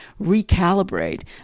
recalibrate